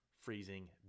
freezing